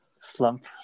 slump